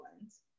ones